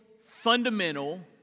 fundamental